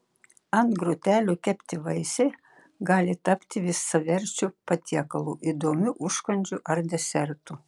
ant grotelių kepti vaisiai gali tapti visaverčiu patiekalu įdomiu užkandžiu ar desertu